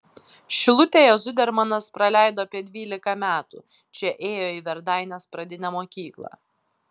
šilutėje zudermanas praleido apie dvylika metų čia ėjo į verdainės pradinę mokyklą